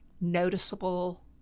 noticeable